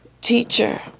teacher